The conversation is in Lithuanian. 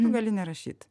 tu gali nerašyt